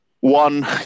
one